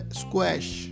squash